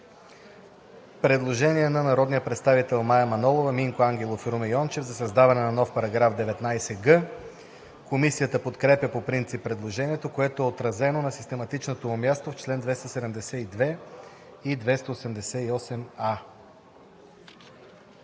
Предложение на народните представители Мая Манолова, Минко Ангелов и Румен Йончев за създаване на нов § 19г. Комисията подкрепя по принцип предложението, което е отразено на систематичното му място в чл. 272 и 288а.